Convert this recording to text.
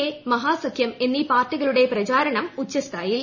A മഹാസഖ്യം എന്നീ പാർട്ടികളുടെ പ്രചാരണം ഉച്ചസ്ഥായിയിൽ